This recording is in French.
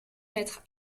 maîtres